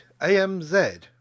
AMZ